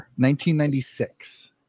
1996